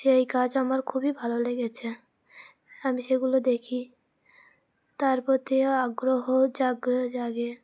সেই কাজ আমার খুবই ভালো লেগেছে আমি সেগুলো দেখি তার প্রতি আগ্রহ জাগ্রহ জাগে